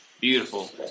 Beautiful